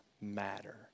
matter